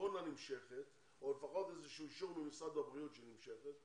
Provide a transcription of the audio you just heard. הקורונה נמשכת או לפחות איזשהו אישור ממשרד הבריאות שהיא נמשכת,